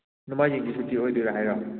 ꯅꯣꯡꯃꯥꯏꯖꯤꯡꯁꯦ ꯁꯨꯇꯤ ꯑꯣꯏꯗꯣꯏꯔ ꯍꯥꯏꯔꯣ